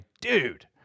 dude